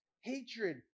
hatred